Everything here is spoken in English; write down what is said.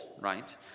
right